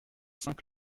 saint